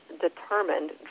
determined